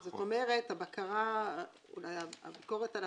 זאת אומרת, הביקורת על